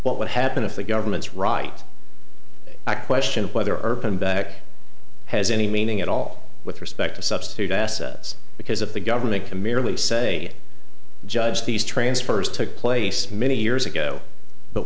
what would happen if the government's right i question whether urban back has any meaning at all with respect to substitute assets because of the government c'mere really say judge these transfers took place many years ago but